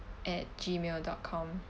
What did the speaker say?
at gmail dot com